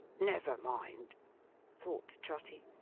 never mind thought trotty.